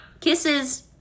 Kisses